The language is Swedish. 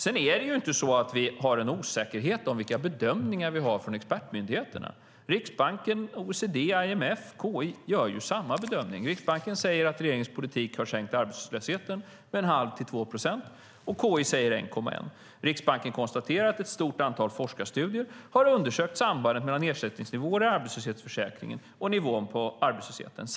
Sedan är det ju inte så att vi har en osäkerhet om vilka bedömningar expertmyndigheterna gör. Riksbanken, OECD, IMF och KI gör samma bedömning. Riksbanken säger att regeringens politik har sänkt arbetslösheten med 1⁄2 till 2 procent. Riksbanken konstaterar att ett stort antal forskarstudier har undersökt sambandet mellan ersättningsnivåer i arbetslöshetsförsäkringen och nivån på arbetslösheten.